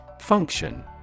Function